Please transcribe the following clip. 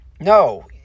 No